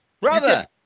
brother